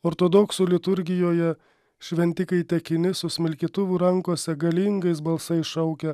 ortodoksų liturgijoje šventikai tekini su smilkytuvu rankose galingais balsais šaukia